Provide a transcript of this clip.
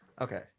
Okay